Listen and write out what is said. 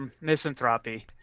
misanthropy